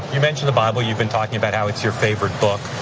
you mentioned the bible. you've been talking about how it's your favorite book.